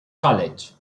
college